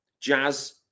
Jazz